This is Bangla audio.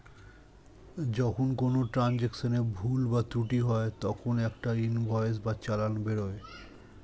যখন কোনো ট্রান্জাকশনে ভুল বা ত্রুটি হয় তখন একটা ইনভয়েস বা চালান বেরোয়